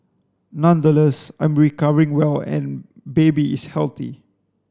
nonetheless I am recovering well and baby is healthy